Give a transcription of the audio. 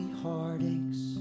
heartaches